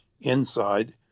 inside